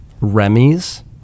Remy's